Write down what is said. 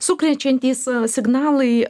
sukrečiantys signalai